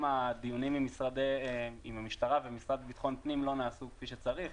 גם הדיונים עם המשטרה והמשרד לביטחון הפנים לא נעשו כפי שצריך.